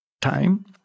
time